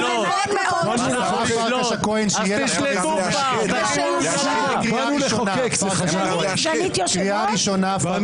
אז תשלטו כבר, תתחילו לשלוט כבר.